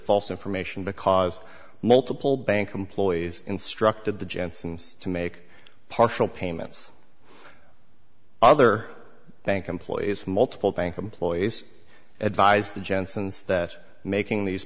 false information because multiple bank employees instructed the jensens to make partial payments other bank employees multiple bank employees advised the jensens that making these